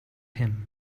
him